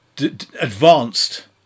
advanced